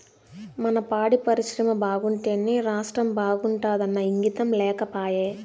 మన పాడి పరిశ్రమ బాగుంటేనే రాష్ట్రం బాగుంటాదన్న ఇంగితం లేకపాయే